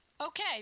Okay